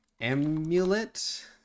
Amulet